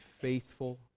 faithful